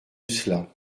cela